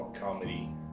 comedy